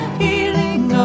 healing